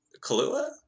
Kahlua